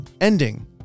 ending